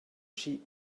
sheep